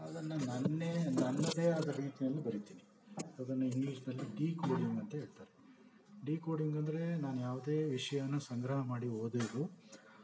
ಅದನ್ನು ನನ್ನ ನನ್ನದೇ ಆದ ರೀತಿಯಲ್ಲಿ ಬರಿತೀನಿ ಅದನ್ನು ಹಿಂಗ್ಲೀಷ್ನಲ್ಲಿ ಡಿಕೋಡಿಂಗ್ ಅಂತ ಹೇಳ್ತಾರೆ ಡಿಕೋಡಿಂಗ್ ಅಂದರೆ ನಾನು ಯಾವುದೇ ವಿಷಯವನ್ನ ಸಂಗ್ರಹ ಮಾಡಿ ಓದುವುದು